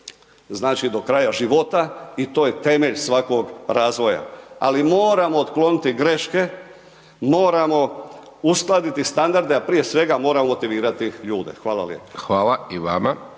znači do kraja života i to je temelj svakog razvoja ali moramo otkloniti greške, moramo uskladiti standarde a prije svega moramo motivirati ljude. Hvala lijepa. **Hajdaš